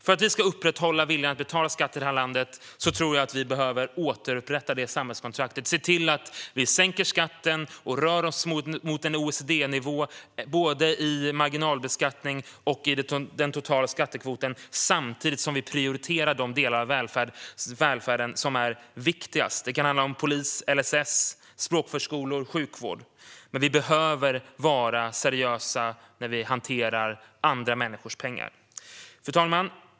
För att vi ska upprätthålla viljan att betala skatt i det här landet tror jag att vi behöver återupprätta samhällskontraktet. Vi ska se till att sänka skatten och röra oss mot en OECD-nivå både i marginalbeskattning och i den totala skattekvoten samtidigt som vi prioriterar de delar av välfärden som är viktigast. Det kan handla om polis, LSS, språkförskolor och sjukvård. Vi behöver vara seriösa när vi hanterar andra människors pengar. Fru talman!